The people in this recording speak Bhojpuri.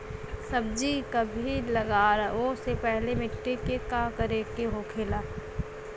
सब्जी कभी लगाओ से पहले मिट्टी के का करे के होखे ला?